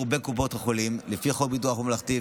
בקופות החולים לפי חוק הביטוח הממלכתי,